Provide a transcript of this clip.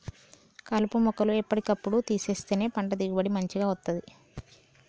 కలుపు మొక్కలు ఎప్పటి కప్పుడు తీసేస్తేనే పంట దిగుబడి మంచిగ వస్తది